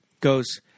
goes